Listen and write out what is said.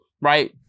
right